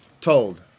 told